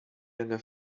lange